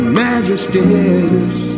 majesties